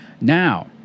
Now